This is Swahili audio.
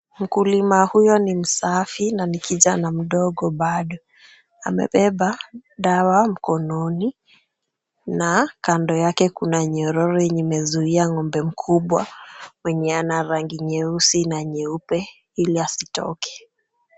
Mkulima huyo ni msafi na ni kijana mdogo bado. Amebeba dawa mkononi na kando yake kuna nyororo yenye imezuia ng'ombe mkubwa mwenye ana rangi nyeusi na nyeupe ili asitoke.